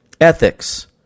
ethics